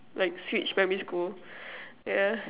like switch primary school yeah